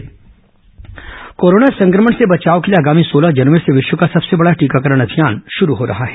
corona टीकाकरण corona संक्रमण से बचाव के लिए आगामी सोलह जनवरी से विश्व का सबसे बड़ा टीकाकरण अभियान शुरू हो रहा है